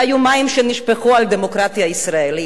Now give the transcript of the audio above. אלה היו מים שנשפכו על הדמוקרטיה הישראלית,